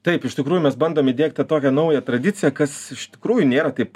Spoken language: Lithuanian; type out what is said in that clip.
taip iš tikrųjų mes bandom įdiegti tokią naują tradiciją kas iš tikrųjų nėra taip